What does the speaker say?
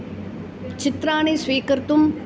चित्राणि स्वीकर्तुम्